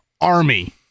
Army